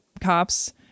cops